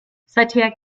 seither